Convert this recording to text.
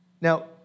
Now